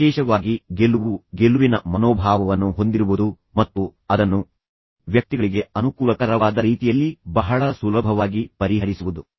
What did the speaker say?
ವಿಶೇಷವಾಗಿ ಗೆಲುವು ಗೆಲುವಿನ ಮನೋಭಾವವನ್ನು ಹೊಂದಿರುವುದು ಮತ್ತು ಅದನ್ನು ಇದರಲ್ಲಿ ಭಾಗಿಯಾಗಿರುವ ಎಲ್ಲಾ ವ್ಯಕ್ತಿಗಳಿಗೆ ಅನುಕೂಲಕರವಾದ ರೀತಿಯಲ್ಲಿ ಬಹಳ ಸುಲಭವಾಗಿ ಪರಿಹರಿಸುವುದು